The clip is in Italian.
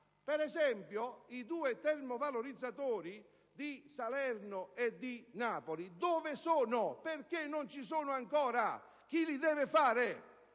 Per esempio, i due termovalorizzatori di Salerno e di Napoli dove sono? Perché non ci sono ancora? Chi li deve